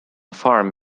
farm